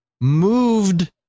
moved